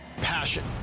passion